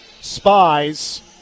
spies